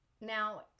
Now